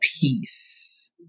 peace